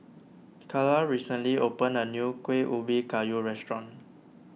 Carla recently opened a new Kueh Ubi Kayu restaurant